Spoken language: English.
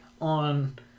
on